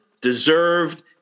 deserved